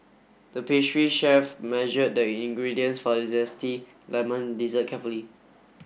the pastry chef measured the ingredients for a zesty lemon dessert carefully